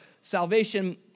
Salvation